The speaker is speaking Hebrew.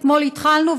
אתמול התחלנו,